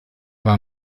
war